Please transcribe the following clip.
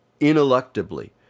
ineluctably